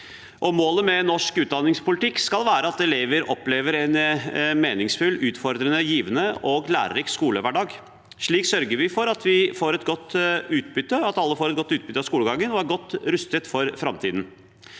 Målet med norsk utdanningspolitikk skal være at elever opplever en meningsfull, utfordrende, givende og lærerik skolehverdag. Slik sørger vi for at alle får et godt utbytte av skolegangen og er godt rustet for framtiden.